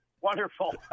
wonderful